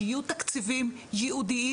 שיהיו תקציבים ייעודיים,